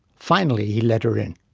finally, he let her in.